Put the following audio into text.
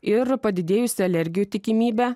ir padidėjusi alergijų tikimybė